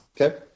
Okay